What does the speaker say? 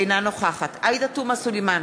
אינה נוכחת עאידה תומא סלימאן,